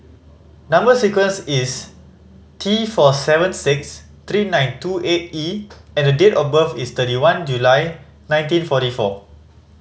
number sequence is T four seven six three nine two eight E and the date of birth is thirty one July nineteen forty four